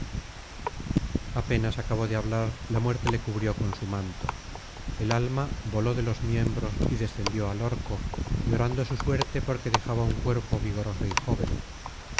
apenas acabó de hablar la muerte le cubrió con su manto el alma voló de los miembros y descendió al orco llorando su suerte porque dejaba un cuerpo vigoroso y joven